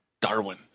Darwin